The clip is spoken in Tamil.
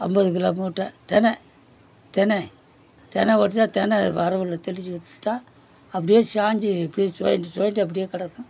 ஐம்பது கிலோ மூட்டை தின தின தின உடச்சா தின வரவுள தெளிச்சிவிட்டா அப்டி சாஞ்சி அப்டிடே சூழண்டு சூழண்டு அப்டிடே கிடக்கும்